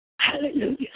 Hallelujah